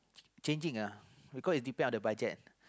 changing ah because is depend on the budget